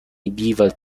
medieval